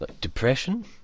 depression